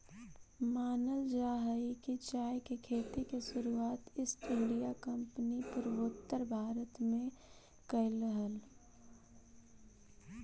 मानल जा हई कि चाय के खेती के शुरुआत ईस्ट इंडिया कंपनी पूर्वोत्तर भारत में कयलई हल